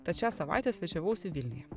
tad šią savaitę svečiavausi vilniuje